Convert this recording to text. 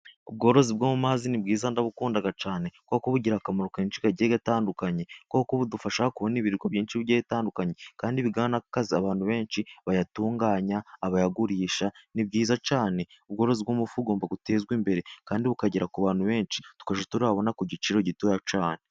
Ubworozi bwo mu mazi ni bwiza ndabugukunda cyane, kubera ko bugira akamaro kenshi kagiye gatandukanye, Kubera ko budufasha kubona ibiruko byinshi bigiye bitandukanye, kandi bigaha n'akazi abantu benshi bayatunganya abayagurisha ni byiza cyane. Ubworozi bw'amafi bugomba gutezwa imbere, kandi bukagera ku bantu benshi tukajya tuyabona ku giciro gitoya cyane.